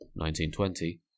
1920